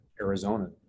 Arizona